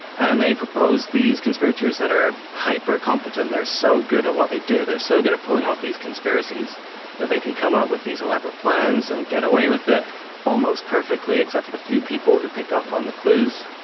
and they propose these conspirators that hyper competent, they are so good at what they do, they are so good at pulling off these conspiracies that they can come up with these elaborate plans and get away with it almost perfectly except for the few people who pick up on the clues.